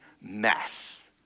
mess